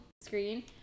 screen